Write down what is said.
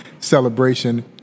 celebration